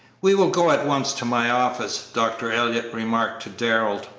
we will go at once to my office, dr. elliott remarked to darrell,